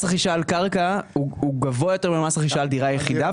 מס הרכישה על קרקע הוא גבוה יותר ממס רכישה על דירת יחידה,